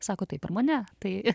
sako taip ir mane tai